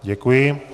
Děkuji.